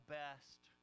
best